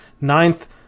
Ninth